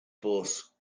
force